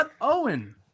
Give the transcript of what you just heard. Owen